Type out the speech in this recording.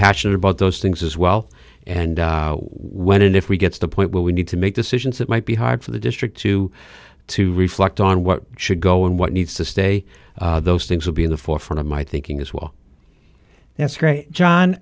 passionate about those things as well and when and if we get to the point where we need to make decisions that might be hard for the district to to reflect on what should go and what needs to stay those things will be in the forefront of my thinking as well that's great jo